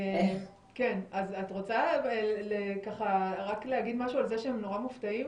את רוצה רק להגיד משהו על זה שהם נורא מופתעים?